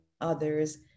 others